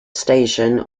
station